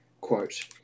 Quote